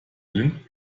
blind